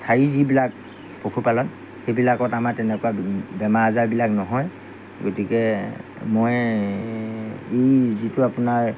স্থায়ী যিবিলাক পশুপালন সেইবিলাকত আমাৰ তেনেকুৱা বেমাৰ আজাৰবিলাক নহয় গতিকে মই এই যিটো আপোনাৰ